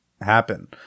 happen